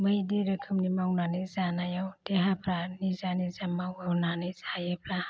बायदि रोखोमनि मावनानै जानायाव देहाफ्रा निजा निजा मावनानै जायोब्ला